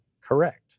Correct